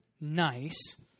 nice